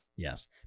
Yes